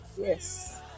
Yes